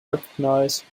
recognised